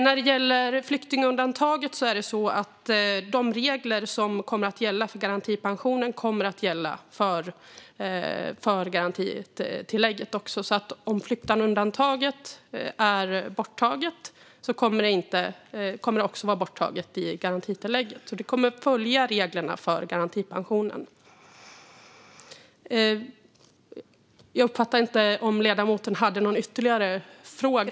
När det gäller flyktingundantaget är de regler som kommer att gälla för garantipensionen de regler som också kommer att gälla för garantitillägget. Om flyktingundantaget är borttaget kommer det också att vara borttaget i garantitillägget. Det kommer att följa reglerna för garantipensionen. Jag uppfattade inte om ledamoten hade någon ytterligare fråga.